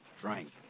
Drank